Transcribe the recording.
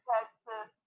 Texas